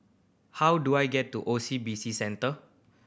how do I get to O C B C Centre